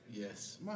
Yes